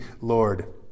Lord